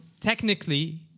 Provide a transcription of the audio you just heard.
technically